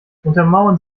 untermauern